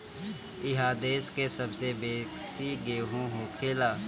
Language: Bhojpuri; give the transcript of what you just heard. इहा देश के सबसे बेसी गेहूं होखेला